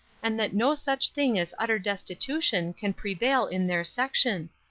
and that no such thing as utter destitution can prevail in their section.